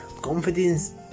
Confidence